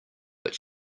but